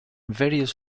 various